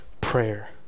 prayer